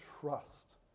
trust